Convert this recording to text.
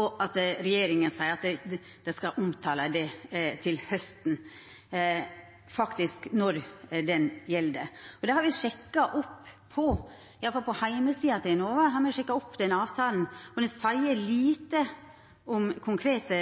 og at regjeringa seier at dei skal omtala det til hausten, når det faktisk gjeld. Me har sjekka opp – i alle fall på heimesida til Enova – den avtalen, og han seier lite om konkrete